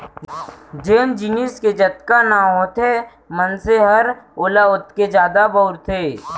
जेन जिनिस के जतका नांव होथे मनसे हर ओला ओतके जादा बउरथे